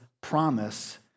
promise